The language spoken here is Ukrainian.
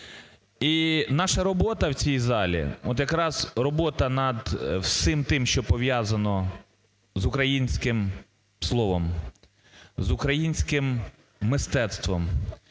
І наша робота в цій залі, от якраз робота над всім тим, що пов'язано з українським словом, з українським мистецтвом,